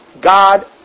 God